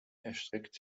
erstreckt